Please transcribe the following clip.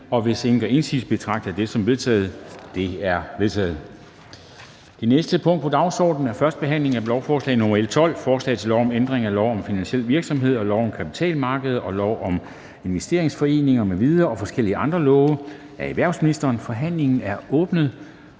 Hvis ingen gør indsigelse, betragter jeg det som vedtaget. Det er vedtaget. --- Det næste punkt på dagsordenen er: 9) 1. behandling af lovforslag nr. L 12: Forslag til lov om ændring af lov om finansiel virksomhed, lov om kapitalmarkeder, lov om investeringsforeninger m.v. og forskellige andre love. (Supplering af taksonomiforordningen og ny